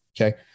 Okay